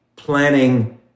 planning